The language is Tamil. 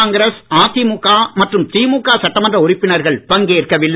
காங்கிரஸ் அதிமுக மற்றும் திமுக சட்டமன்ற உறுப்பினர்கள் பங்கேற்கவில்லை